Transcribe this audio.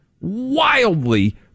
wildly